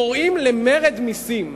קוראים למרד מסים.